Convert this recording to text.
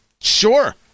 sure